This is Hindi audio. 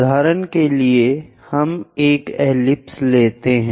उदाहरण के लिए हम एक एलिप्स लेते हैं